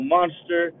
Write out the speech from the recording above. Monster